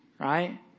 Right